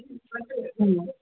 हुँ